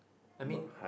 I mean